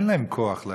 אין להם כוח להשבית.